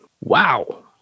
Wow